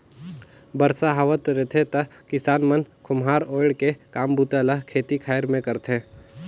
बरसा हावत रिथे त किसान मन खोम्हरा ओएढ़ के काम बूता ल खेती खाएर मे करथे